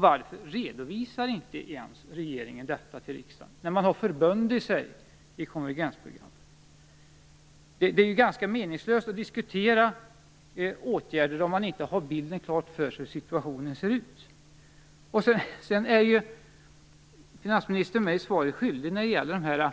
Varför redovisar inte ens regeringen detta för riksdagen? Man har ju förbundit sig till det i konvergensprogrammet. Det är ganska meningslöst att diskutera åtgärder om man inte har klart för sig hur situationen ser ut. Finansministern är mig svaret skyldig när det gäller de